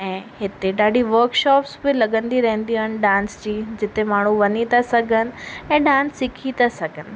ऐं हिते ॾाढी वर्क शॉप्स बि लॻंदी रहंदियूं आहिनि डांस जी जिते माण्हू वञी था सघनि ऐं डांस सिखी था सघनि